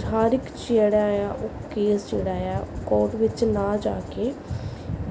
ਹਰ ਇੱਕ ਜਿਹੜਾ ਆ ਉਹ ਕੇਸ ਜਿਹੜਾ ਆ ਕੋਰਟ ਵਿੱਚ ਨਾ ਜਾ ਕੇ